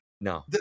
No